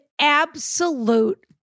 absolute